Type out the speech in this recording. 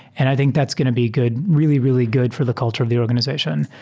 and i think that's going to be good really, really good for the culture of the organization.